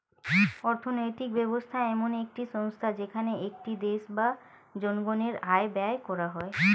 অর্থনৈতিক ব্যবস্থা এমন একটি সংস্থা যেখানে একটি দেশ বা জনগণের আয় ব্যয় করা হয়